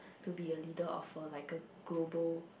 to be a leader offer like a global